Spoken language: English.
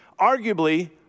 arguably